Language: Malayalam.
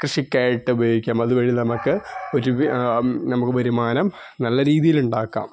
കൃഷിക്കായിട്ട് ഉപയോഗിക്കാം അതുവഴി നമുക്ക് ഒരു വരുമാനം നല്ലരീതിയില് ഉണ്ടാക്കാം